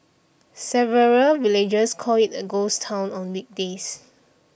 several villagers call it a ghost town on weekdays